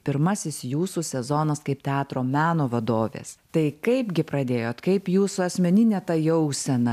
pirmasis jūsų sezonas kaip teatro meno vadovės tai kaipgi pradėjot kaip jūsų asmeninė ta jausena